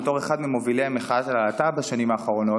בתור אחד ממובילי מחאת הלהט"ב בשנים האחרונות,